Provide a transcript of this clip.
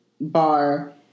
bar